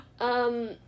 Um-